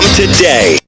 today